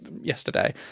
yesterday